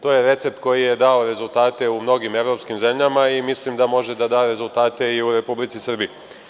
To je recept koji je dao rezultate u mnogim evropskim zemljama i mislim da može da da rezultate i u Republici Srbiji.